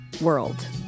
world